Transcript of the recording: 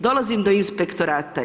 Dolazim do inspektorata.